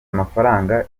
amafaranga